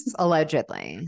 allegedly